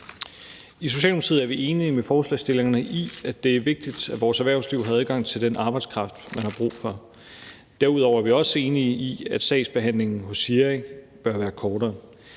I Socialdemokratiet er vi enige med forslagsstillerne i, at det er vigtigt, at vores erhvervsliv har adgang til den arbejdskraft, man har brug for. Derudover er vi også enige i, at sagsbehandlingen hos SIRI bør være kortere.